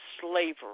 slavery